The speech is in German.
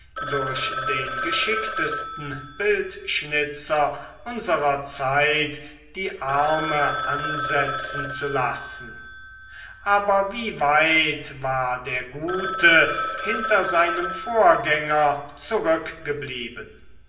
durch den geschicktesten bildschnitzer unserer zeit die arme ansetzen zu lassen aber wie weit war der gute hinter seinem vorgänger